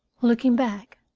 looking back,